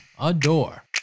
adore